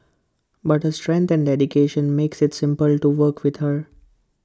but her strength and dedication makes IT simple to work with her